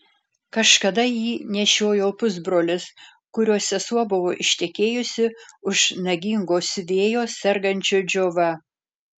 kažkada jį nešiojo pusbrolis kurio sesuo buvo ištekėjusi už nagingo siuvėjo sergančio džiova